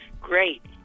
Great